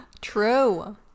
True